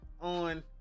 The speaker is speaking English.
on